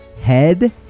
head